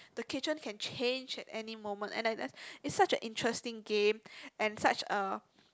the kitchen can change any moment and and it such a interesting and such a